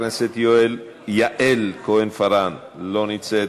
חברת הכנסת יעל כהן-פארן, לא נמצאת,